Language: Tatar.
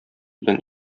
белән